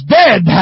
dead